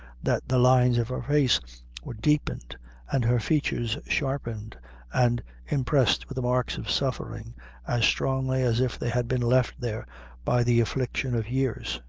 that the lines of her face were deepened and her features sharpened and impressed with the marks of suffering as strongly as if they had been left there by the affliction of years.